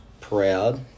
proud